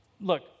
Look